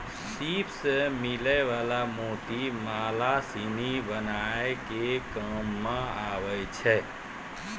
सिप सें मिलै वला मोती माला सिनी बनाय के काम में आबै छै